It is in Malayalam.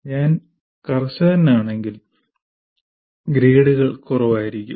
ഞാൻ കർശനനാണെങ്കിൽ ഗ്രേഡുകൾ കുറവായിരിക്കും